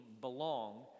Belong